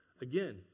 Again